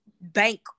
bank